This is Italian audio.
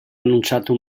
annunciato